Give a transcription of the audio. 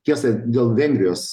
tiesa dėl vengrijos